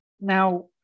now